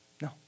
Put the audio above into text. No